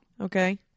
okay